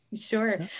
Sure